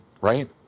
right